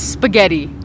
Spaghetti